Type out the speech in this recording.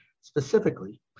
Specifically